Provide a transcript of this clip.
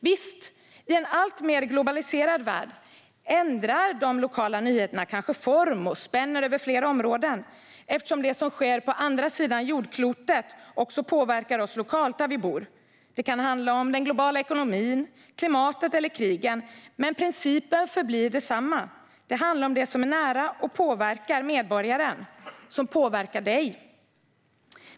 Visst, i en alltmer globaliserad värld ändrar de lokala nyheterna kanske form och spänner över fler områden, eftersom det som sker på andra sidan jordklotet också påverkar oss lokalt där vi bor. Det kan handla om den globala ekonomin, klimatet eller krigen. Men principen förblir densamma: Det handlar om det som är nära och som påverkar medborgaren - som påverkar dig.